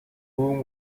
room